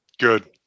Good